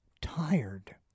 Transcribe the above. tired